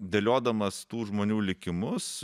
dėliodamas tų žmonių likimus